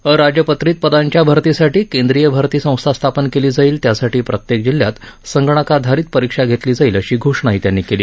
अराजपत्रित पदांच्या भरतीसाठी केंद्रीय भरती संस्था स्थापन केली जाईल त्यासाठी प्रत्येक जिल्ह्यात संगणाधारित परीक्षा घेतली जाईल अशी घोषणाही त्यांनी केली